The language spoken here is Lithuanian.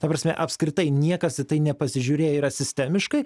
ta prasme apskritai niekas į tai nepasižiūrėjo yra sistemiškai